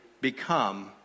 become